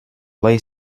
play